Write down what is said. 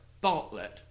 Bartlett